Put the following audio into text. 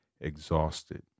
exhausted